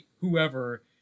whoever